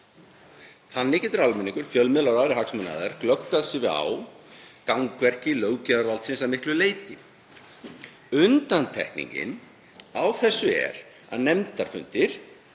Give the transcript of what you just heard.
Þannig geta almenningur, fjölmiðlar og aðrir hagsmunaaðilar glöggvað sig á gangverki löggjafarvaldsins að miklu leyti. Undantekningin á þessu eru nefndarfundir,